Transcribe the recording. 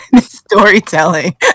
Storytelling